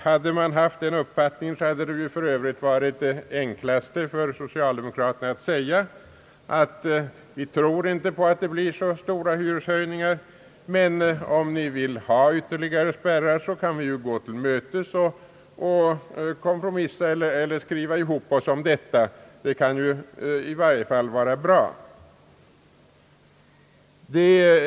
Hade man haft den uppfattningen, hade det naturligtvis varit enklast för socialdemokraterna att säga: Vi tror inte att det blir så stora hyreshöjningar, men om ni vill ha ytterligare spärrar, kan vi gå er till mötes, kompromissa och skriva ihop oss om detta. Det skulle vara bra.